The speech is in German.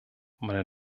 meine